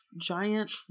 Giant